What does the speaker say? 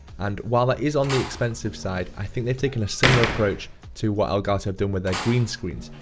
and while that is on the expensive side, i think they're taking a similar approach to what elgato have done with their green screens.